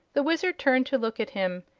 the wizard turned to look at him.